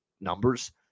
numbers